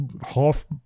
half